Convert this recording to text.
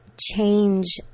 change